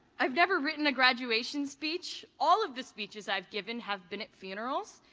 i've never written a graduation speech. all of the speeches i've given have been at funerals.